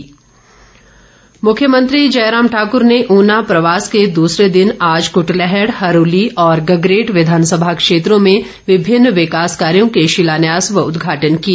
मुख्यमंत्री मुख्यमंत्री जयराम ठाकुर ने ऊना प्रवास के दूसरे दिन आज कुटलैहड़ हरोली और गगरेट विधानसभा क्षेत्रों में विभिन्न विकास कार्यो के शिलान्यास व उद्घाटन किए